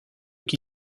qui